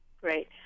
Great